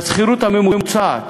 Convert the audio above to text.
והשכירות הממוצעת,